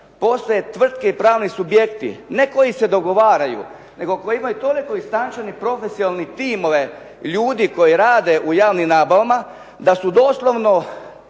postoje tvrtke i pravni subjekti, ne koji se dogovaraju nego koji imaju toliko istančane profesionalne timove ljudi koji rade u javnim nabavama da su doslovno